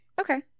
okay